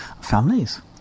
families